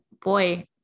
boy